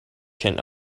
can